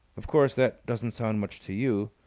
of course, that doesn't sound much to you!